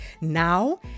now